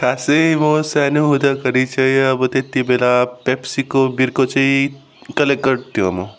खासै म सानो हुँदाखेरि चाहिँ अब त्यतिबेला पेप्सीको बिर्को चाहिँ कलेक्ट गर्थ्यो म